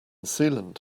sealant